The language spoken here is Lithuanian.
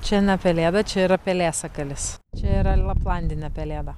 čia ne pelėda čia yra pelėsakalis čia yra laplandinė pelėda